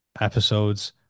episodes